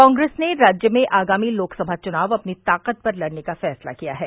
कांग्रेस ने राज्य में आगामी लोकसभा चुनाव अपनी ताकृत पर लड़ने का फैंसला किया है